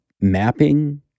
mapping